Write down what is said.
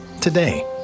today